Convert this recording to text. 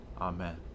Amen